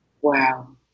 Wow